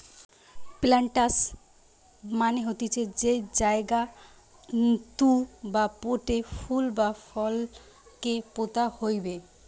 planters মানে হতিছে যেই জায়গাতু বা পোটে ফুল বা ফল কে পোতা হইবে